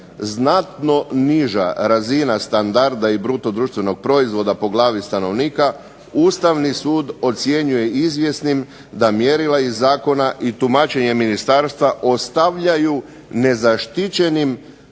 znatno niža razina standarda i bruto društvenog proizvoda po glavi stanovnika Ustavni sud ocjenjuje izvjesnim da mjerila iz zakona i tumačenje ministarstva ostavljaju nezaštićenim